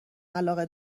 علاقه